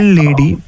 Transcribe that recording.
lady